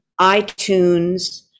itunes